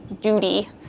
duty